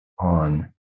on